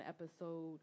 episode